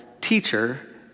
teacher